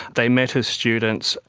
they met as students.